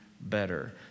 better